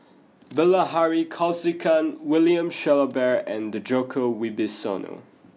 Bilahari Kausikan William Shellabear and Djoko Wibisono